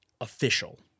official